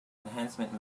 enhancement